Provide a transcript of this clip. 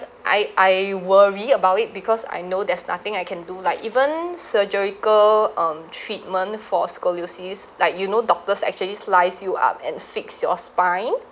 I I worry about it because I know there's nothing I can do like even surgical um treatment for scoliosis like you know doctors actually slice you up and fix your spine